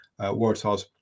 Waratahs